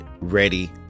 ready